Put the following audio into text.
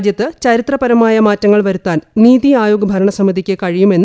രാജ്യത്ത് ചരിത്രപരമായ മാറ്റങ്ങൾ വരുത്താൻ നീതി ആയോഗ് ഭരണ സമിതിയ്ക്ക് കഴിയുമെന്ന്